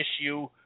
issue